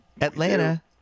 Atlanta